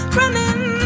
running